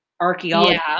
archaeology